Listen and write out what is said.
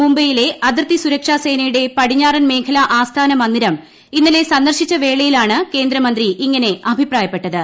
മുംബൈയിലെ അതിർത്തി സുരക്ഷാ സേനയുടെ പടിഞ്ഞാറൻ മേഖല ആസ്ഥാന മന്ദിരം ഇന്നലെ സന്ദർശിച്ചവേളയിലാണ് കേന്ദ്രമന്ത്രി ഇങ്ങനെ അഭിപ്രായപ്പെട്ടത്